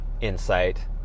insight